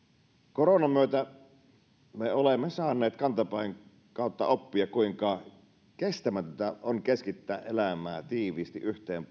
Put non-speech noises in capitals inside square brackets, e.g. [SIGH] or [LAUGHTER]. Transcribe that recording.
koronan myötä me olemme saaneet kantapään kautta oppia kuinka kestämätöntä on keskittää elämää tiiviisti yhteen [UNINTELLIGIBLE]